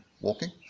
walking